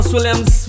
Williams